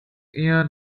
eher